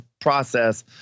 process